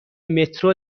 مترو